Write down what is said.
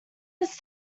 his